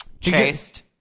Chased